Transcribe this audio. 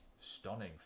Stunning